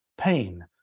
pain